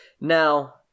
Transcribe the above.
now